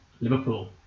Liverpool